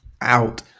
out